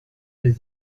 des